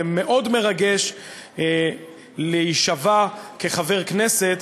זה מרגש מאוד להישבע כחבר כנסת,